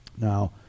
Now